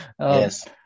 Yes